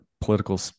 political